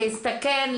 להסתכן,